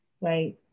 right